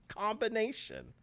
combination